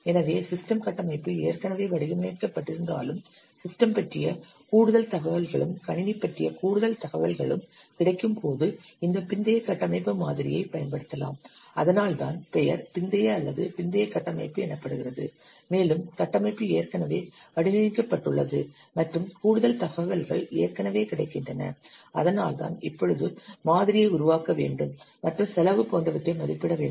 எனவே சிஸ்டம் கட்டமைப்பு ஏற்கனவே வடிவமைக்கப்பட்டிருந்தாலும் சிஸ்டம் பற்றிய கூடுதல் தகவல்களும் கணினி பற்றிய கூடுதல் தகவல்களும் கிடைக்கும்போது இந்த பிந்தைய கட்டமைப்பு மாதிரியைப் பயன்படுத்தலாம் அதனால்தான் பெயர் பிந்தைய அல்லது பிந்தைய கட்டமைப்பு எனப்படுகிறது மேலும் கட்டமைப்பு ஏற்கனவே வடிவமைக்கப்பட்டுள்ளது மற்றும் கூடுதல் தகவல்கள் ஏற்கனவே கிடைக்கின்றன அதனால்தான் இப்போது மாதிரியை உருவாக்க வேண்டும் மற்றும் செலவு போன்றவற்றை மதிப்பிட வேண்டும்